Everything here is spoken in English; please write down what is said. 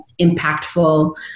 impactful